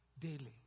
daily